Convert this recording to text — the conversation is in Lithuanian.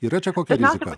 yra čia kokia rizika